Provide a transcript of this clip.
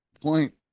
point